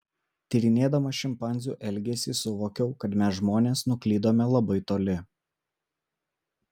tyrinėdama šimpanzių elgesį suvokiau kad mes žmonės nuklydome labai toli